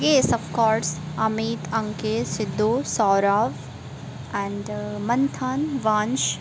S of course Amit Ankesh Siddhu Saurav and Manthan वंश